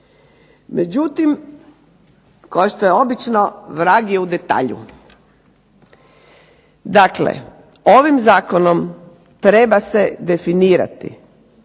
Međutim, kao što je obično vrag je u detalju. Dakle, ovim zakonom treba se definirati